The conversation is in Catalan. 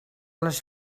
les